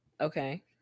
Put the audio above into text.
Okay